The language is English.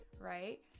right